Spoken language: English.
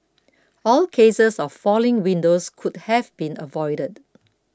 all cases of falling windows could have been avoided